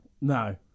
No